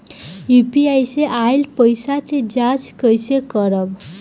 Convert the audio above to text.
UPI से आइल पईसा के जाँच कइसे करब?